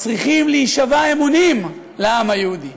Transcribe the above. צריכים להישבע אמונים לעם היהודי.